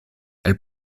elle